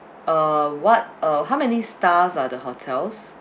uh what uh how many stars are the hotels